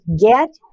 get